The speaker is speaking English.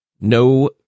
No